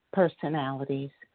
personalities